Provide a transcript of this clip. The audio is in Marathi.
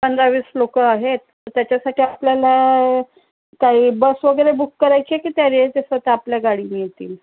पंधरा वीस लोक आहेत तर त्याच्यासाठी आपल्याला काही बस वगैरे बुक करायची की ते येतील स्वतः आपल्या गाडीने येतील